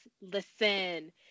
listen